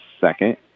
second